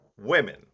women